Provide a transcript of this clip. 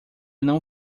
não